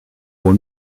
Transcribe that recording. wohl